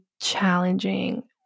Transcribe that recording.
challenging